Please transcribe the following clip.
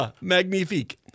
magnifique